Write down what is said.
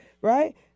right